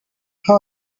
how